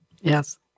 Yes